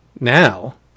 now